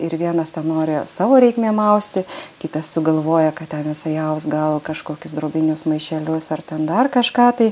ir vienas ten nori savo reikmėm austi kitas sugalvoja kad ten jisai aus gal kažkokius drobinius maišelius ar ten dar kažką tai